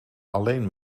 alleen